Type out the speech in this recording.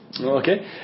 Okay